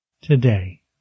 today